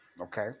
okay